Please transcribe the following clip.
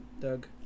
Doug